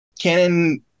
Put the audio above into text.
Canon